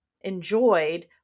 enjoyed